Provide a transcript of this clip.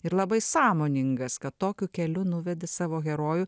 ir labai sąmoningas kad tokiu keliu nuvedi savo herojų